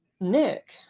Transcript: Nick